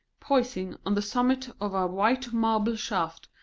poising on the summit of a white marble shaft,